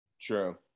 True